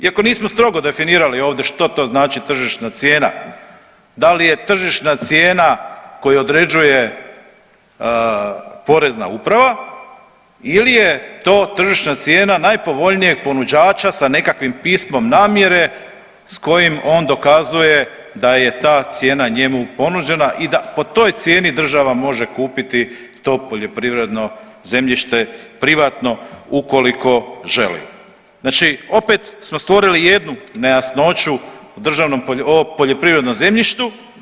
Iako nismo strogo definirali ovdje što to znači tržišna cijena, da li je tržišna cijena koju određuje porezna uprava ili je to tržišna cijena najpovoljnijeg ponuđača sa nekakvim pismom namjere s kojim on dokazuje da je ta cijena njemu ponuđena i da po toj cijeni država može kupiti to poljoprivredno zemljište privatno ukoliko želi, znači opet smo stvorili jednu nejasnoću o poljoprivrednom zemljištu.